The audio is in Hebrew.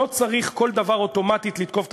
לא צריך על כל דבר אוטומטית לתקוף את